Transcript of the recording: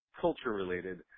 culture-related